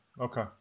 Okay